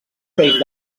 peix